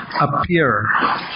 appear